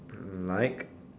mm like